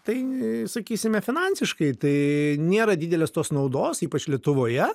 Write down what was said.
tai sakysime finansiškai tai nėra didelės tos naudos ypač lietuvoje